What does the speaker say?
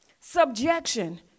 subjection